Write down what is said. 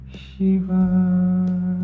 shiva